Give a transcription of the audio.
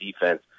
defense